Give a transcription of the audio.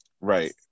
right